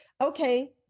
Okay